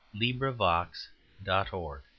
LibriVox.org